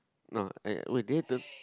no I would there to